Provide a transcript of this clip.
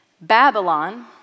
Babylon